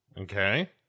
Okay